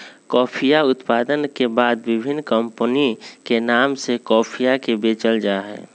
कॉफीया उत्पादन के बाद विभिन्न कमपनी के नाम से कॉफीया के बेचल जाहई